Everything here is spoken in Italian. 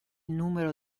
numero